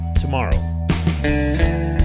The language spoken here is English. tomorrow